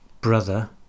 brother